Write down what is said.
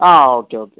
okay okay